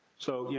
so, yeah